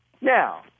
Now